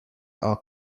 are